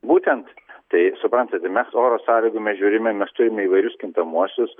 būtent tai suprantate mes oro sąlygų mes žiūrime mes turime įvairius kintamuosius